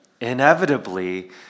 inevitably